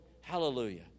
Hallelujah